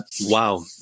wow